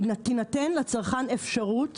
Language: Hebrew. תינתן אפשרות